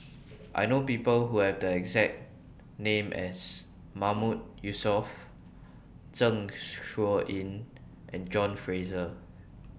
I know People Who Have The exact name as Mahmood Yusof Zeng Shouyin and John Fraser